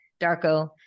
Darko